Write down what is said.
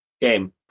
game